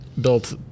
Built